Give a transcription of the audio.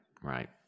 Right